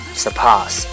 surpass